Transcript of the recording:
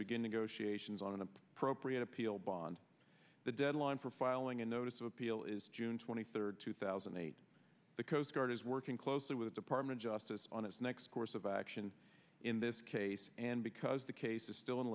she ations on an appropriate appeal bond the deadline for filing a notice of appeal is june twenty third two thousand and eight the coast guard is working closely with the department justice on its next course of action in this case and because the case is still in